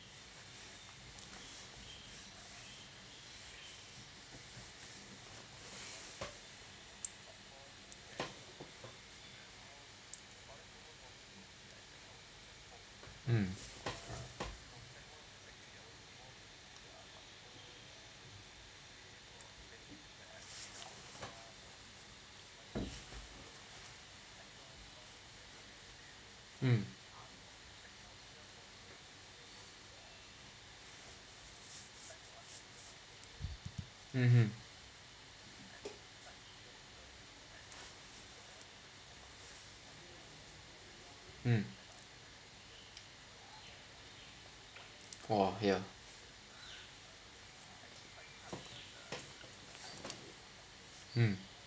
mm mm mmhmm mm !wah! ya mm